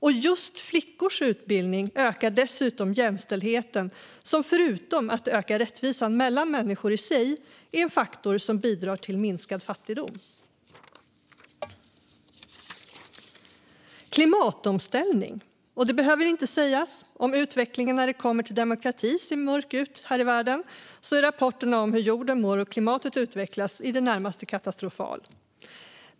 Just flickors utbildning ökar dessutom jämställdheten, vilket förutom att det ökar rättvisan mellan människor i sig är en faktor som bidrar till minskad fattigdom. Ett annat exempel är klimatomställning. Det behöver inte sägas: Om utvecklingen här i världen ser mörk ut när det gäller demokrati är rapporterna om hur jorden mår och hur klimatet utvecklas i det närmaste katastrofala.